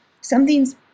Something's